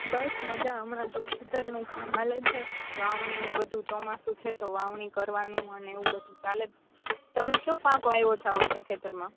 બસ મજા હમણાં તો ખેતરનું કામ ચાલે છે વાવણીને બધું ચોમાસું છેતો વાવણી કરવાનું અને એવું બધુ ચાલે તમે કયો પાક વાવ્યો છે આ વખતે ખેતરમાં